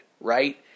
right